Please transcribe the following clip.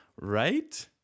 Right